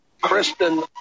Kristen